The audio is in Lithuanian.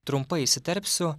trumpai įsiterpsiu